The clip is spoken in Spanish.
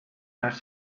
tras